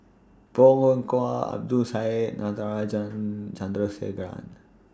Bong Hiong Hwa Abdul Syed and Natarajan Chandrasekaran